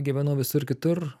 gyvenau visur kitur